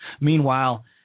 Meanwhile